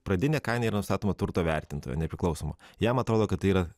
pradinė kaina yra nustatoma turto vertintojo nepriklausomo jam atrodo kad tai yra